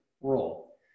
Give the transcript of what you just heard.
role